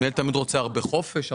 המנהל תמיד רוצה הרבה חופש.